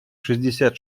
шестьдесят